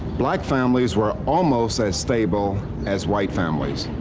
black families were almost as stable as white families.